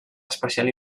especial